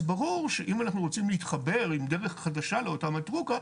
אז ברור שאם אנחנו רוצים להתחבר עם דרך חדשה לאותה מתרוכה,